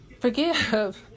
forgive